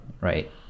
Right